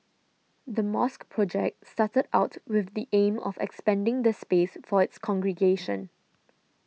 the mosque project started out with the aim of expanding the space for its congregation